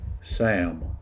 Sam